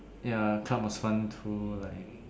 ya club was fun too like